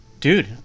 dude